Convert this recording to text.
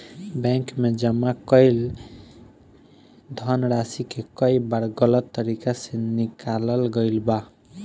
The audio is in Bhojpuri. बैंक में जमा कईल धनराशि के कई बार गलत तरीका से निकालल गईल बा